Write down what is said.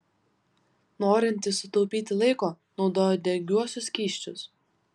norintys sutaupyti laiko naudoja degiuosius skysčius